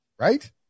right